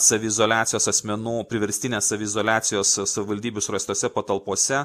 saviizoliacijos asmenų priverstinės saviizoliacijos savivaldybių surastose patalpose